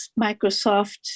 Microsoft